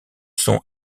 son